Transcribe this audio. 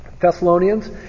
Thessalonians